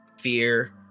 fear